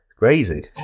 crazy